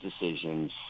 decisions